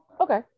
okay